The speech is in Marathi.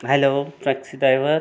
hello taxi driver